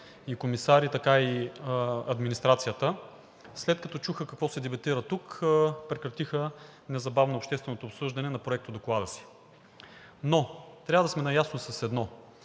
и комисар, така и администрацията, след като чуха какво се дебатира тук, прекратиха незабавно общественото обсъждане на проектодоклада си. Но трябва да сме наясно с едно,